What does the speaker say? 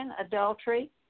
adultery